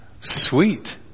Sweet